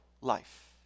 life